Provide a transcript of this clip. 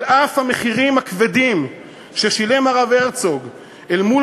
על אף המחירים הכבדים ששילם הרב הרצוג אל מול